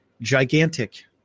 gigantic